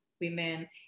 women